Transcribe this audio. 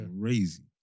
crazy